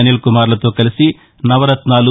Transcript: అనిల్ కుమార్ లతో కలిసి నవరత్నాలు